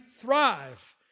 thrive